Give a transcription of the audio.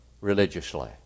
religiously